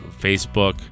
Facebook